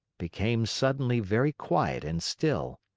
became suddenly very quiet and still.